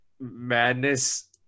madness